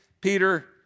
Peter